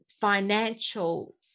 financial